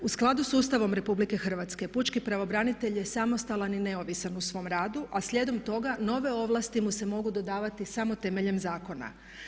U skladu s Ustavom Republike Hrvatske pučki pravobranitelj je samostalan i neovisan u svom radu a slijedom toga nove ovlasti mu se mogu dodavati samo temeljem zakona.